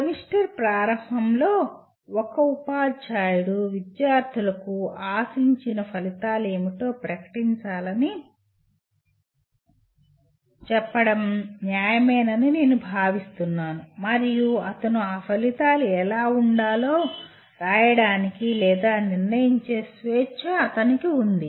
semester ప్రారంభంలో ఒక ఉపాధ్యాయుడు విద్యార్థులకు ఆశించిన ఫలితాలు ఏమిటో ప్రకటించాలని చెప్పడం న్యాయమేనని నేను భావిస్తున్నాను మరియు అతను ఆ ఫలితాలు ఎలా ఉండాలో రాయడానికి లేదా నిర్ణయించే స్వేచ్ఛ అతనికి ఉంది